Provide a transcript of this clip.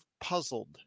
puzzled